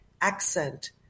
accent